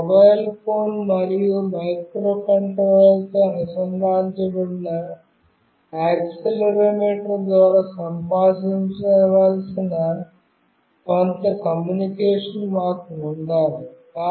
నా mobile phone మరియు microcontroller తో అనుసంధానించబడిన యాక్సిలెరోమీటర్ ద్వారా సంభాషించాల్సిన కొంత కమ్యూనికేషన్ మాకు ఉండాలి